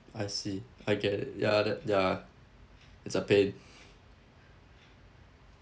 I see I get it ya that ya it's a pain